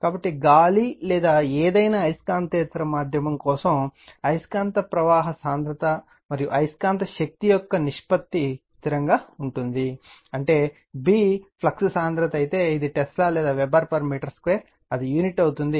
కాబట్టి గాలి లేదా ఏదైనా అయస్కాంతేతర మాధ్యమం కోసం అయస్కాంత ప్రవాహ సాంద్రత మరియు అయస్కాంత శక్తి యొక్క నిష్పత్తి స్థిరంగా ఉంటుంది అంటే B ఫ్లక్స్ సాంద్రత అయితే ఇది టెస్లా లేదా వెబెర్ మీటర్ 2 అది యూనిట్ అవుతుంది